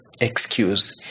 excuse